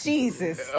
Jesus